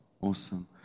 Awesome